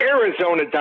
Arizona